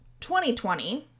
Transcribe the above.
2020